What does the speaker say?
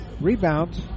rebounds